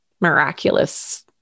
miraculous